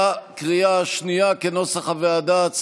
בקריאה השנייה, כנוסח הוועדה.